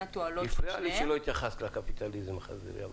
התועלות של שניהם -- הפריע לי שלא התייחסת לקפיטליזם החזירי.